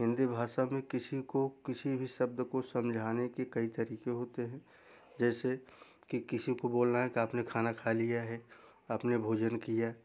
हिन्दी भाषा में किसी को किसी भी शब्द को समझाने के कई तरीक़े होते हैं जैसे कि किसी को बोलना है कि आपने खाना खा लिया है आपने भोजन किया